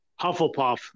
Hufflepuff